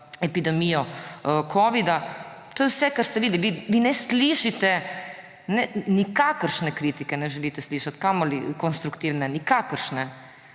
epidemijo covida, to je vse, kar ste videli, vi ne slišite, nikakršne kritike ne želite slišati, kaj šele konstruktivne. Nikakršne.